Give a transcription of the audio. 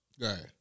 Right